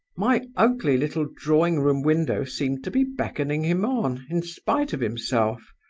my ugly little drawing-room window seemed to be beckoning him on in spite of himself.